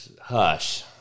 Hush